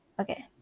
Okay